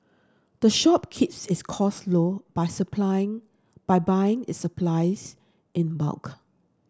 the shop keeps its costs low by supplies by buying its supplies in bulk